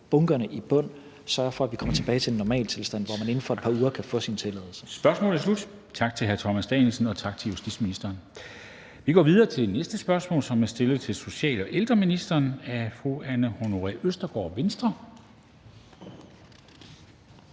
bunkerne i bund og sørge for, at vi kommer tilbage til en normaltilstand, hvor man inden for et par uger kan få sin tilladelse. Kl. 13:28 Formanden (Henrik Dam Kristensen): Spørgsmålet er slut. Tak til hr. Thomas Danielsen, og tak til justitsministeren. Vi går videre til næste spørgsmål, som er stillet til social- og ældreministeren af fru Anne Honoré Østergaard, Venstre.